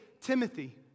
Timothy